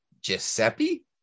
Giuseppe